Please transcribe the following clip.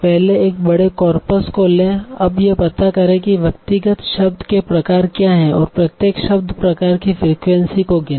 पहले एक बड़े कॉर्पस को लें अब यह पता करें कि व्यक्तिगत शब्द के प्रकार क्या हैं और प्रत्येक शब्द प्रकार की फ्रीक्वेंसी को गिने